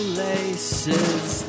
laces